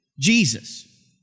Jesus